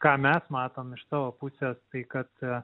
ką mes matom iš tavo pusės tai kad